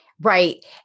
Right